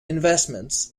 investments